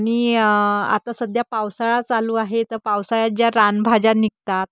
आणि आता सध्या पावसाळा चालू आहे तर पावसाळ्यात ज्या रानभाज्या निघतात